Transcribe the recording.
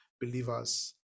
believers